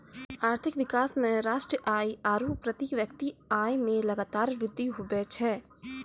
आर्थिक विकास मे राष्ट्रीय आय आरू प्रति व्यक्ति आय मे लगातार वृद्धि हुवै छै